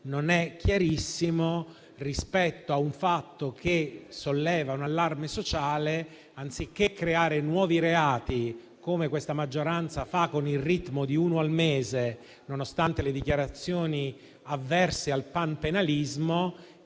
non è chiarissimo, rispetto a un fatto che solleva un allarme sociale, anziché creare nuovi reati, come questa maggioranza fa al ritmo di uno al mese, nonostante le dichiarazioni avverse al panpenalismo,